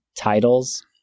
titles